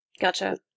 Gotcha